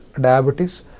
diabetes